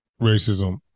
racism